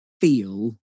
feel